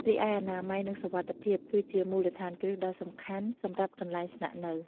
រីឯអនាម័យ និងសុវត្ថិភាព គឺជាមូលដ្ឋានគ្រឹះដ៏សំខាន់សម្រាប់កន្លែងស្នាក់នៅ។